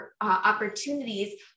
opportunities